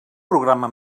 programa